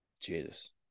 Jesus